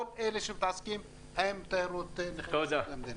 כל אלה שמתעסקים עם תיירות נכנסת למדינה.